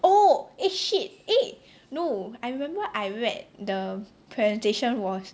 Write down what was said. oh eh shit eh no I remember I read the presentation was